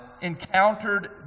encountered